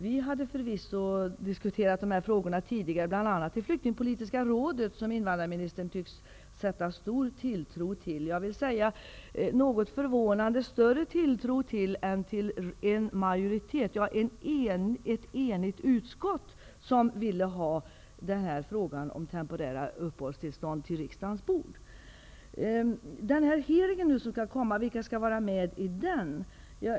Vi hade förvisso diskuterat dessa frågor tidigare bl.a. i Flyktingpolitiska rådet, som invandrarministern tycks sätta stor tilltro till, något förvånande större tilltro än till ett enigt utskott, som ju vill ha frågan om temporära uppehållstillstånd till riksdagens bord. Vilka kommer att delta i den hearing som skall hållas?